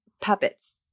Puppets